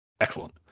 excellent